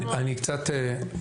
הנה, תכף נשמע את המועדונים.